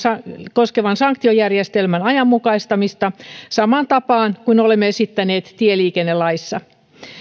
koskevan sanktiojärjestelmän ajanmukaistamista samaan tapaan kuin olemme esittäneet tieliikennelaissa